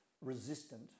resistant